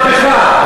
שם יש מהפכה,